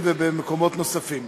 ובמקומות נוספים.